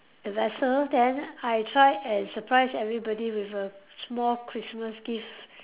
a vessel then I try and surprise everybody with a small Christmas gift